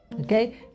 Okay